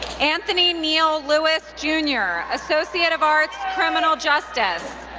anthony neal lewis, jr, associate of arts, criminal justice.